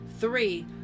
Three